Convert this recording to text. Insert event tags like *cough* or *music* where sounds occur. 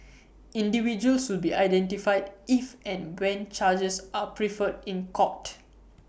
*noise* individuals will be identified if and when charges are preferred in court